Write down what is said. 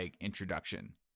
introduction